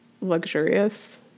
luxurious